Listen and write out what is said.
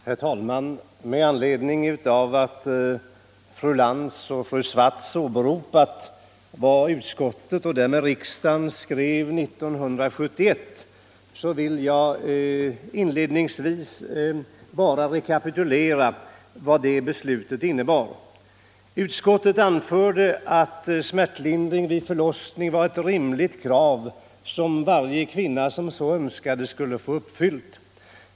Herr talman! Med anledning av att fru Lantz och fru Swartz påpekade vad utskottet och därefter riksdagen uttalade 1971 vill jag inledningsvis rekapitulera vad det beslutet innebar. Utskottet anförde att smärtlindring vid förlossning var ett rimligt krav som varje kvinna som så önskade skulle få uppfyllt.